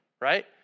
right